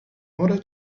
order